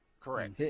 Correct